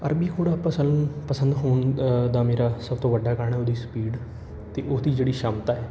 ਅਰਬੀ ਘੋੜਾ ਪਸੰਲ ਪਸੰਦ ਹੋਣ ਦਾ ਮੇਰਾ ਸਭ ਤੋਂ ਵੱਡਾ ਕਾਰਨ ਉਹਦੀ ਸਪੀਡ ਅਤੇ ਉਹਦੀ ਜਿਹੜੀ ਸ਼ਮਤਾ ਹੈ